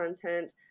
content